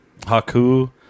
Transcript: Haku